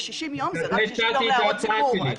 ו-60 יום זה רק 60 יום להערות ציבור.